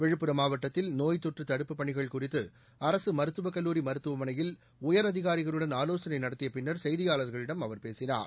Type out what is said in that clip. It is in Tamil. விழுப்புரம் மாவட்டத்தில் நோய்த் தொற்று தடுப்புப் பணிகள் குறித்து அரசு மருத்துவக் கல்லூரி மருத்துவமனையில் உயரதிகாரிகளுடன் ஆவோசனை நடத்திய பின்னர் செய்தியாளர்களிடம் அவர் பேசினார்